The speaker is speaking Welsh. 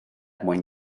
mwyn